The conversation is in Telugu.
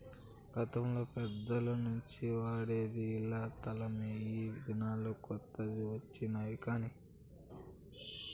గతంలో పెద్దల నుంచి వాడేది ఇలా తలమే ఈ దినాల్లో కొత్త వచ్చినాయి కానీ